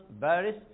Paris